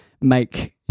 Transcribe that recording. make